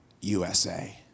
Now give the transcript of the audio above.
USA